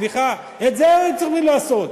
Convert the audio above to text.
סליחה, את זה היו צריכים לעשות.